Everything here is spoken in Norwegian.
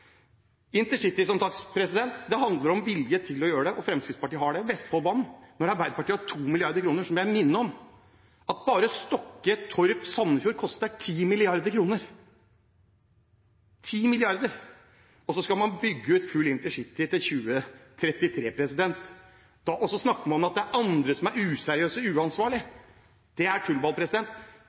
Intercity handler som sagt om vilje til å gjøre det, og Fremskrittspartiet har det. Når det gjelder Vestfoldbanen, må jeg, når Arbeiderpartiet har 2 mrd. kr, minne om at bare Stokke–Torp–Sandefjord koster 10 mrd. kr – 10 mrd. kr – og så skal man bygge ut fullt intercity innen 2033. Så snakker man om at det er andre som er useriøse og uansvarlige. Det er tullball.